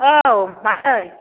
औ मादै